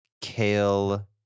Kale